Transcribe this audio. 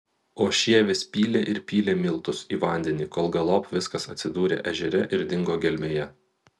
o šie vis pylė ir pylė miltus į vandenį kol galop viskas atsidūrė ežere ir dingo gelmėje